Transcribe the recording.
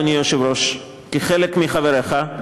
אדוני היושב-ראש, כחלק מחבריך,